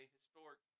Historic